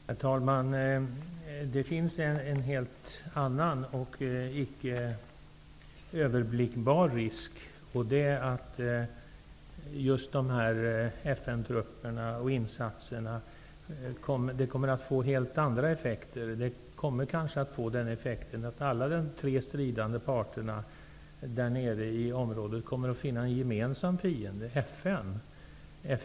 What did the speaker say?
Herr talman! Det finns en helt annan och icke överblickbar risk, och det är att just FN-trupperna och FN-insatserna kommer att få helt andra effekter. De kommer kanske att få den effekten att de tre stridande parterna i området finner en gemensam fiende -- FN.